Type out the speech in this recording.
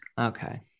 Okay